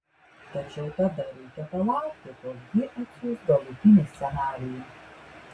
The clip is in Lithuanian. tačiau tada reikia palaukti kol ji atsiųs galutinį scenarijų